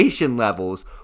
levels